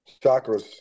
Chakras